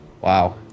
Wow